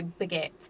baguette